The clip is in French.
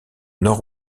nord